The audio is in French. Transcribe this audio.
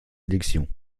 élections